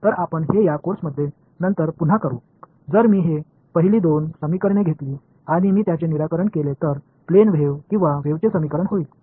तर आपण हे या कोर्सेमध्ये नंतर पुन्हा करू जर मी ही पहिली दोन समीकरणे घेतली आणि मी त्यांचे निराकरण केले तर प्लेन वेव्ह किंवा वेव्हचे समीकरण होईल